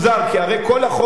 כי הרי כל החוק הזה,